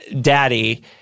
daddy